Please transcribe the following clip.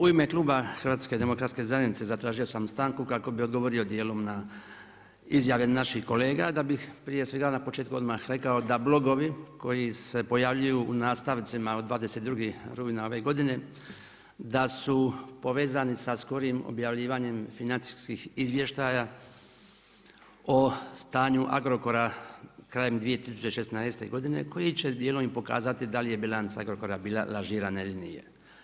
U ime kluba HDZ-a zatražio sam stanku kako bih odgovorio dijelom na izjave naših kolega da bih prije svega na početku odmah rekao da blogovi koji se pojavljuju u nastavcima od 22. rujna ove godine da su povezani sa skorijim objavljivanjem financijskih izvještaja o stanju Agrokora krajem 2016. godine koji će dijelom i pokazati da li je bilanca Agrokora bila lažirana ili nije.